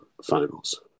Finals